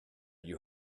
you